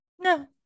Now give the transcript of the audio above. No